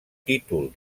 títol